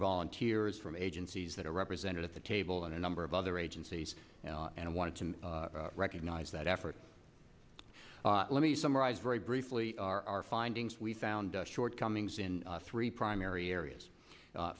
volunteers from agencies that are represented at the table and a number of other agencies and wanted to recognize that effort let me summarize very briefly our findings we found shortcomings in three primary areas